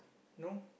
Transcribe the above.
no